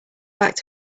back